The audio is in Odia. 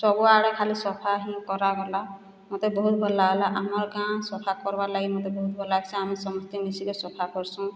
ସବୁଆଡ଼େ ଖାଲି ସଫା ହିଁ କରାଗଲା ମତେ ବହୁତ୍ ଭଲ ଲାଗ୍ଲା ଆମର ଗାଁ ସଫା କର୍ବାର୍ ଲାଗି ମତେ ବହୁତ୍ ଭଲ୍ ଲାଗ୍ସି ଆମେ ସମସ୍ତେ ମିଶିକରି ସଫା କରସୁଁ